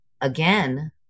again